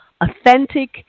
authentic